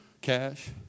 cash